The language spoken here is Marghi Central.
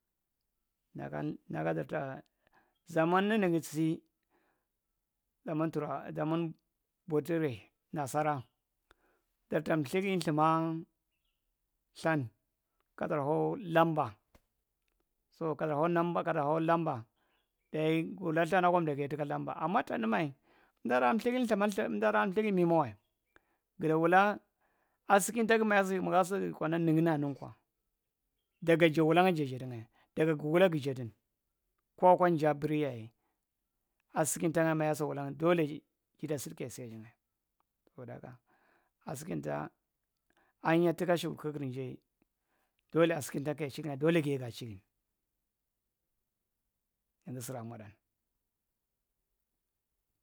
Lakan laku ɗarta zaman ninigi tsii zaman boutre nasara jarta mthiri lthima lithan kaɗar ho lamba so kaɗar ho numba kadar ho lamba dayi guwula ltha akwa ndagku yae tuku klamba amma tanime umdada lthiri minawa gidawula asikintagi magasi magasi kana naninkwa ɗaga jawulangya jadingya daga guwu la gujadin ko akwaja biryaye asikintangun majasasa wulangue ɗole jaga sidi kaja siyaa jingyae saboɗa haka asikinta’a ahinya tuka ashu kudu kugir jae vole asikinta kaya chiti nga ɗole kaya chiri. Nigi tusira modan.